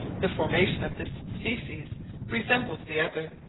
the formation of this species resembles the other,